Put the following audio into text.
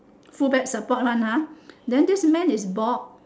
full back support one ah then this man is bored